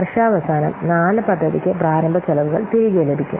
വർഷാവസാനം 4 പദ്ധതിക്ക് പ്രാരംഭ ചെലവുകൾ തിരികെ ലഭിക്കും